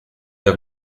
have